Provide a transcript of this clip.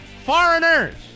foreigners